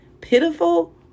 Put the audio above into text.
pitiful